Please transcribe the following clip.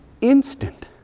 instant